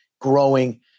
growing